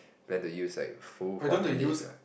like to use like full fourteen days ah